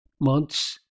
months